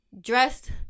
dressed